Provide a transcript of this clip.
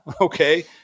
okay